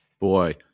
boy